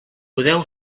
podeu